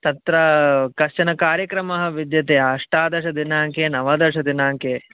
तत्र कश्चन कार्यक्रमः विद्यते अष्टादशदिनाङ्के नवदशदिनाङ्के